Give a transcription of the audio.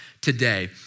today